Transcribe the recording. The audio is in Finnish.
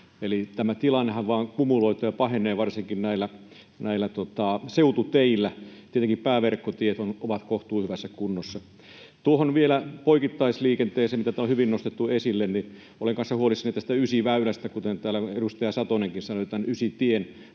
tämä tilannehan vain kumuloituu ja pahenee varsinkin seututeillä. Tietenkin pääverkkotiet ovat kohtuuhyvässä kunnossa. Vielä tuohon poikittaisliikenteeseen, mitä täällä on hyvin nostettu esille: Olen kanssa huolissani Ysiväylästä — täällä edustaja Satonenkin sanoi Ysitien